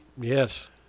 Yes